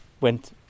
went